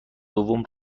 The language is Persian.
دوم